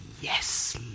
yes